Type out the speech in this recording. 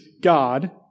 God